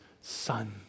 Son